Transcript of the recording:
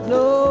no